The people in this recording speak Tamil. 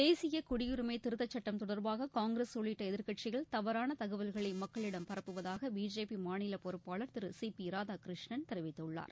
தேசிய குடியுரிமை திருத்தச் சுட்டம் தொடர்பாக காங்கிரஸ் உள்ளிட்ட எதிர்க்கட்சிகள் தவறான தகவல்களை மக்களிடம் பரப்புவதாக பிஜேபி மாநில பொறுப்பாளர் திரு சி பி ராதாகிருஷ்ணன் தெரிவித்துள்ளார்